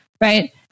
right